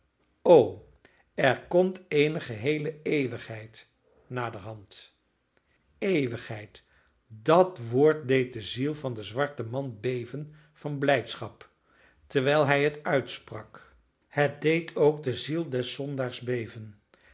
o er komt eene geheele eeuwigheid naderhand eeuwigheid dat woord deed de ziel van den zwarten man beven van blijdschap terwijl hij het uitsprak het deed ook de ziel des zondaars beven